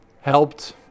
helped